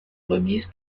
remise